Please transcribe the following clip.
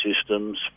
systems